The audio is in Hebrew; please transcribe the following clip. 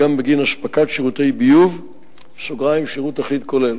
נקבעו תעריפי מים וביוב למגזר הביתי כתעריפים כוללים,